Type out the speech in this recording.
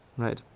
right?